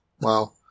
Wow